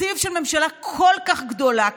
התקציב של ממשלה כל כך גדולה,